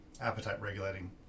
appetite-regulating